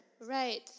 Right